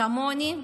כמוני,